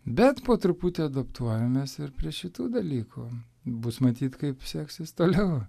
bet po truputį adaptuojamės ir prie šitų dalykų bus matyt kaip seksis toliau